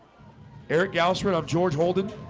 eric gauss ran up george holden.